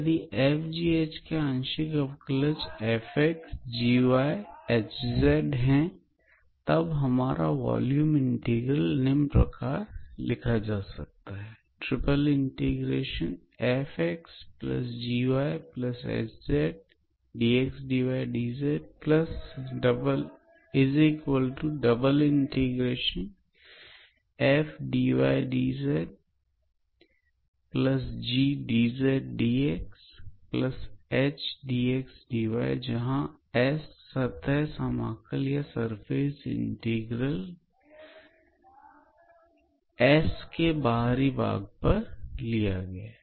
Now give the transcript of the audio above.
यदि fgh के आंशिक अवकलन fx gy hz हैं तब हमारा वॉल्यूम इंटीग्रल निम्न प्रकार लिखा जा सकता है ∭𝑓𝑥𝑔𝑦ℎ𝑧𝑑𝑥𝑑𝑦𝑑𝑧∬𝑓𝑑𝑦𝑑𝑧𝑔𝑑𝑧𝑑𝑥ℎ𝑑𝑥𝑑𝑦 जहां पर S सतह समाकल या सरफेस इंटीग्रल सरफेस S के बाहरी भाग पर लिया गया है